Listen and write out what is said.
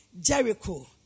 Jericho